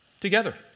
together